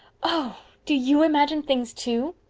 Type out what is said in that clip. oh, do you imagine things too?